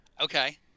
Okay